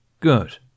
Good